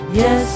yes